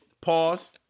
pause